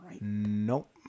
Nope